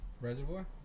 Reservoir